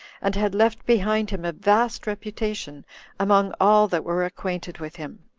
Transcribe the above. and had left behind him a vast reputation among all that were acquainted with him.